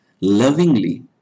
lovingly